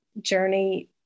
journey